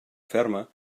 ferma